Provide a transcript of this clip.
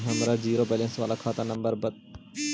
हमर zero balance बाला खाता नम्बर बत?